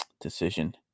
decision